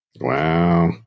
Wow